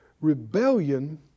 Rebellion